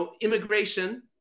immigration